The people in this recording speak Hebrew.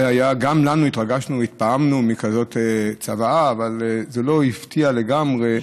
התרגשנו והתפעמנו מכזאת צוואה אבל זה לא הפתיע לגמרי.